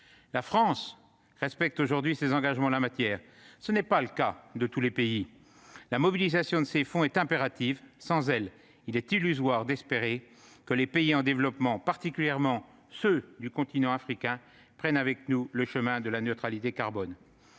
La France respecte ses engagements en la matière. Ce n'est pas le cas de tous les pays. La mobilisation de ces fonds est impérative. Sans elle, il est illusoire d'espérer que les pays en développement, particulièrement ceux du continent africain, prennent avec nous le chemin de la neutralité carbone.